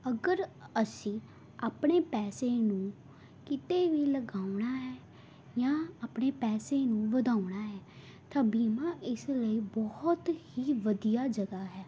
ਅਗਰ ਅਸੀਂ ਆਪਣੇ ਪੈਸੇ ਨੂੰ ਕਿਤੇ ਵੀ ਲਗਾਉਣਾ ਹੈ ਜਾਂ ਆਪਣੇ ਪੈਸੇ ਨੂੰ ਵਧਾਉਣਾ ਹੈ ਤਾਂ ਬੀਮਾ ਇਸ ਲਈ ਬਹੁਤ ਹੀ ਵਧੀਆ ਜਗ੍ਹਾ ਹੈ